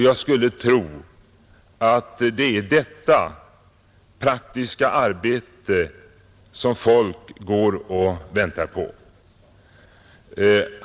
Jag skulle tro att det är detta praktiska arbete som folk går och väntar på.